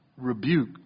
rebuke